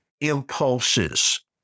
impulses